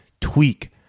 tweak